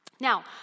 Now